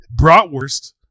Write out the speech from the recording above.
Bratwurst